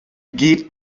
geht